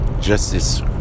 Justice